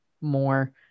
more